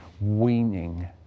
weaning